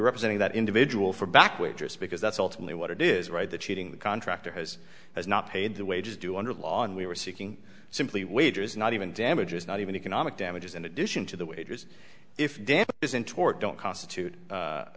representing that individual for back wages because that's ultimately what it is right the cheating the contractor has has not paid the wages due under law and we were seeking simply wages not even damages not even economic damages in addition to the waiter's if damage is in tort don't constitute